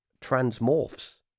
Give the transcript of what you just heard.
transmorphs